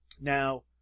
Now